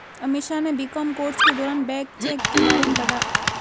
अमीषा ने BCom course के दौरान बैंक चेक के बारे में पढ़ा